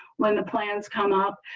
when the plans come up.